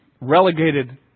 relegated